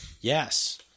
Yes